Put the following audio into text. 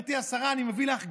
גברתי השרה, אני מביא לך גאונות.